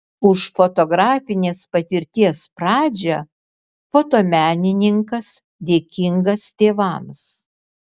už fotografinės patirties pradžią fotomenininkas dėkingas tėvams